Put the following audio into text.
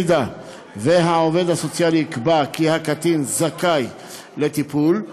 אם העובד הסוציאלי יקבע כי הקטין זכאי לטיפול,